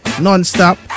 Non-stop